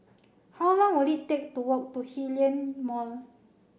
how long will it take to walk to Hillion Mall